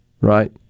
right